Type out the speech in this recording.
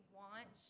want